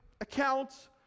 accounts